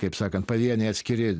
kaip sakant pavieniai atskiri